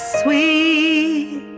sweet